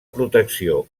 protecció